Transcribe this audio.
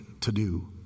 to-do